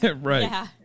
Right